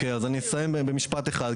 אני אסיים במשפט אחד.